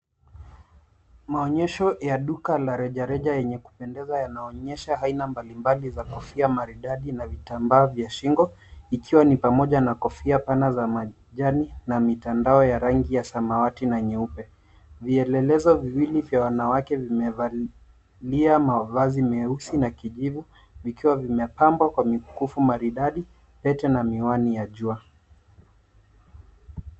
Maonyesho ya duka la rejareja yenye kupendeza yanaonyesha aina mbalimbali za kofia maridadi na vitambaa vya shingo ikiwa ni pamoja na kofia pana za majani na mitandao ya rangi ya samawati na nyeupe. Vielelezo viwili vya wanawake vimevalia mavazi myeusi na kijivu vikiwa vimepambwa kwa mikufu maridadi na miwani ya jua.